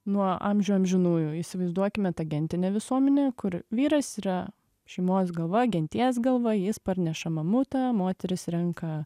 nuo amžių amžinųjų įsivaizduokime tą gentinę visuomenę kur vyras yra šeimos galva genties galva jis parneša mamutą moteris renka